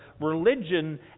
religion